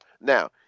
Now